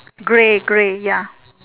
grey grey ya